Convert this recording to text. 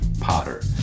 potter